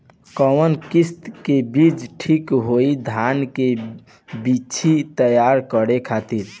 कवन किस्म के बीज ठीक होई धान के बिछी तैयार करे खातिर?